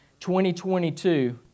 2022